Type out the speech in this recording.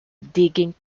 digging